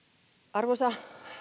arvoisa